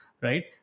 right